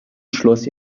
schloss